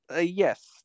Yes